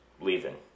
leaving